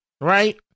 right